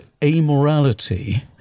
amorality